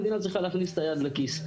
המדינה צריכה להכניס את היד לכיס.